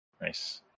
Nice